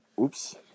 oops